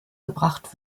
gebracht